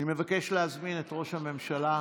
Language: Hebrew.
אני מבקש להזמין את ראש הממשלה.